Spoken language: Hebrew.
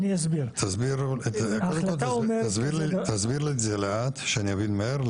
תסביר לי לאט כדי שאבין מהר,